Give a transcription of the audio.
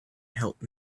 help